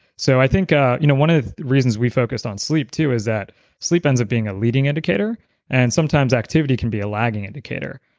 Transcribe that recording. so i think ah you know one of the reasons we focused on sleep too is that sleep ends up being a leading indicator and sometimes activity can be a lagging indicator,